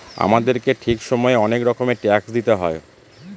আমাদেরকে ঠিক সময়ে অনেক রকমের ট্যাক্স দিতে হয়